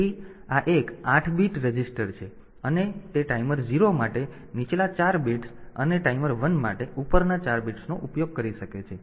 તેથી આ એક 8 બીટ રજીસ્ટર છે અને તે ટાઈમર 0 માટે નીચલા 4 બિટ્સ અને ટાઈમર 1 માટે ઉપરના 4 બિટ્સનો ઉપયોગ કરી શકાય છે